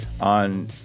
on